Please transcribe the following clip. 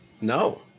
No